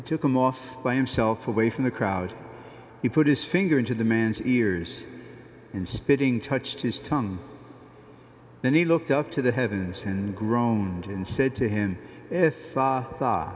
and took him off by himself away from the crowd he put his finger into the man's ears and spitting touched his tongue then he looked up to the heavens and groaned and said to him if